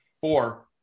four